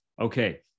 okay